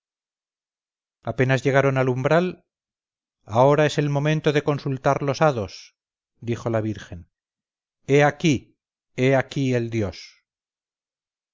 apenas llegaron al umbral ahora es el momento de consultar los hados dijo la virgen he ahí he ahí el dios